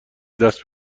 دست